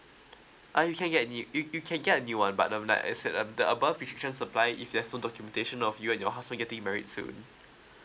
uh you can get the you you can get a new one but um like I said um the above restrictions apply if there's no documentation of you and your husband getting married soon